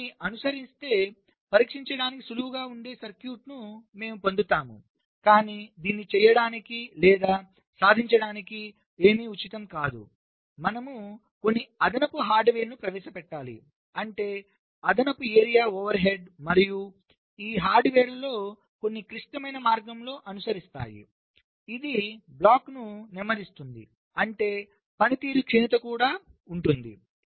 వాటిని అనుసరిస్తే పరీక్షించడానికి సులువుగా ఉండే సర్క్యూట్ను మేము పొందుతాము కాని దీన్ని చేయడానికి లేదా సాధించడానికి ఏమీ ఉచితం కాదు మనం కొన్ని అదనపు హార్డ్వేర్లను ప్రవేశపెట్టాలిఅంటే అదనపు ఏరియా ఓవర్ హెడ్ మరియు ఈ హార్డ్వేర్లో కొన్ని క్లిష్టమైన మార్గంలో అనుసరిస్తాయి ఇది బ్లాక్ను నెమ్మదిస్తుంది అంటే పనితీరు క్షీణత కూడా ఉంటుంది